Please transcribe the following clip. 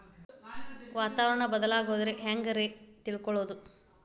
ವಾತಾವರಣ ಬದಲಾಗೊದ್ರ ಬಗ್ಗೆ ಹ್ಯಾಂಗ್ ರೇ ತಿಳ್ಕೊಳೋದು?